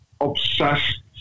obsessed